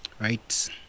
right